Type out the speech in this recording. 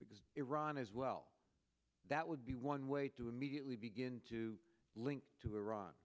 because iran as well that would one way to immediately begin to link to iran